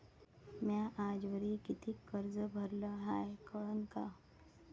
म्या आजवरी कितीक कर्ज भरलं हाय कळन का?